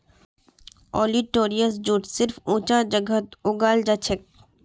olitorius jute सिर्फ ऊंचा जगहत उगाल जाछेक